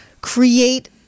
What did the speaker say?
create